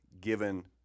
given